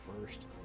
first